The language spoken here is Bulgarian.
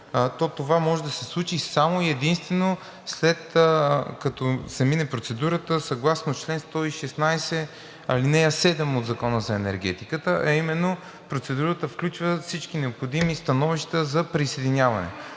то това може да се случи само и единствено след като се мине процедурата съгласно чл. 116, ал. 7 от Закона за енергетиката, а именно процедурата включва всички необходими становища за присъединяване.